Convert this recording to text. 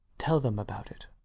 tell them about it.